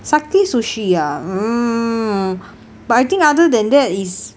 sakae sushi ah mm but I think other than that is